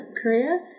Korea